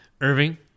Irving